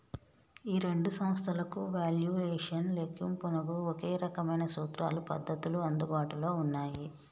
ఈ రెండు సంస్థలకు వాల్యుయేషన్ లెక్కింపునకు ఒకే రకమైన సూత్రాలు పద్ధతులు అందుబాటులో ఉన్నాయి